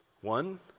One